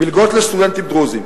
מלגות לסטודנטים דרוזים.